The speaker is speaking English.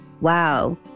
Wow